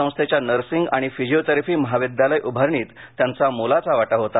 संस्थेच्या नर्सिंग आणि फिजिओथेरपी महाविद्यालय उभारणीत त्यांचा मोलाचा वाटा होता